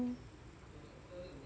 oh